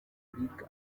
repubulika